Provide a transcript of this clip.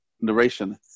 narration